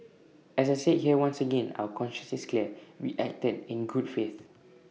as I said here once again our conscience is clear we acted in good faith